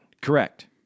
correct